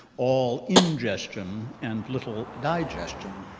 all ingestion and little digestion.